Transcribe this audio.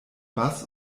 bass